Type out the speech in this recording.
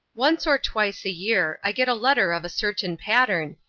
once or twice a year i get a letter of a certain pattern,